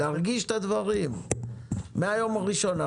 להרגיש את הדברים מהיום הראשון.